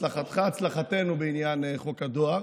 הצלחתך היא הצלחתנו בעניין חוק הדואר.